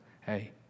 hey